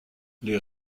les